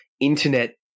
internet